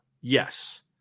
Yes